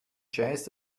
jazz